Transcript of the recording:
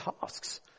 tasks